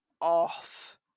off